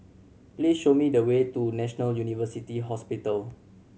please show me the way to National University Hospital